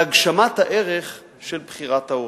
להגשמת הערך של בחירת ההורים.